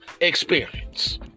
experience